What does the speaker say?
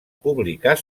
publicar